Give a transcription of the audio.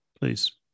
please